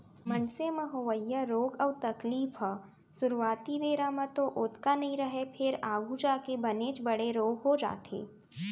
मनसे म होवइया रोग अउ तकलीफ ह सुरूवाती बेरा म तो ओतका नइ रहय फेर आघू जाके बनेच बड़े रोग हो जाथे